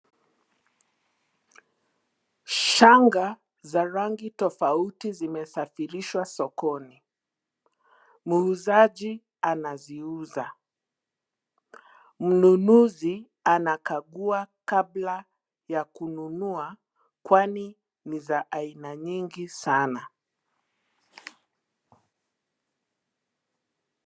Shanga za rangi tofauti zimesafirishwa sokoni. Muuzaji anaziuza. Mnunuzi anazikagua kabla ya kununua kwani ni za aina nyingi sana.